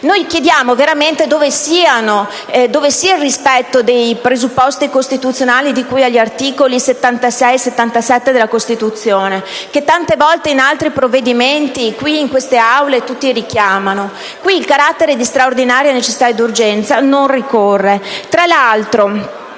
Noi chiediamo veramente dove sia il rispetto dei presupposti costituzionali di cui agli articoli 76 e 77 della Costituzione, che tante volte in altri provvedimenti, qui, in queste Aule, tutti richiamano. Qui il carattere di straordinaria necessità ed urgenza non ricorre.